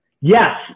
Yes